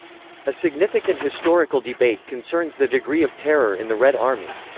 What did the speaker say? a significant historical debate concerns the degree of terror in the red army.